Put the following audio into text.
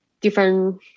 different